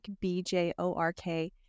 B-J-O-R-K